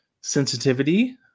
sensitivity